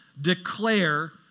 declare